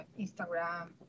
Instagram